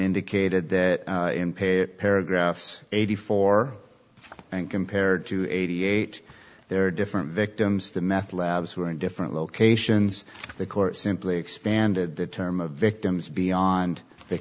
indicated that paragraphs eighty four and compared to eighty eight there are different victims the meth labs were in different locations the court simply expanded the term of victims beyond the